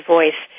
Voice